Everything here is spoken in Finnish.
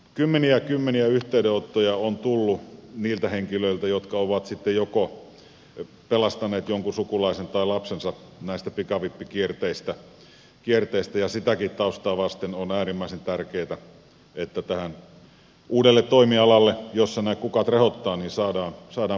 kymmeniä kymmeniä yhteydenottoja on tullut niiltä henkilöiltä jotka ovat sitten pelastaneet joko jonkun sukulaisen tai lapsensa näistä pikavippikierteistä ja sitäkin taustaa vasten on äärimmäisen tärkeätä että tälle uudelle toimialalle jossa nämä kukat rehottavat saadaan parempaa sääntelyä